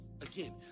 Again